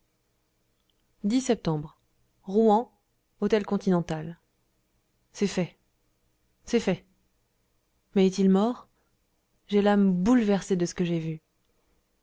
septembre rouen hôtel continental c'est fait c'est fait mais est-il mort j'ai l'âme bouleversée de ce que j'ai vu